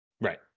right